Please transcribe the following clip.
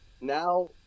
Now